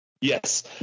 yes